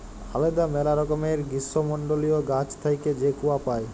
আলেদা ম্যালা রকমের গীষ্মমল্ডলীয় গাহাচ থ্যাইকে যে কূয়া পাই